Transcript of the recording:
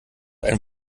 ein